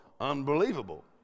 unbelievable